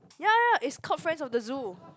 ya ya is called friends of the zoo